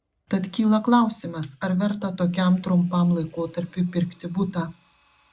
tad kyla klausimas ar verta tokiam trumpam laikotarpiui pirkti butą